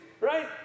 right